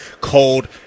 cold